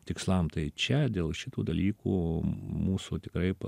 tikslam tai čia dėl šitų dalykų mūsų tikrai